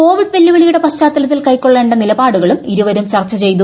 Covid വെല്ലൂവിളിയുടെ പശ്ചാത്തലത്തിൽ കൈക്കൊള്ളേണ്ട നിലപാടുകളും ഇരുവരും ചർച്ച ചെയ്തു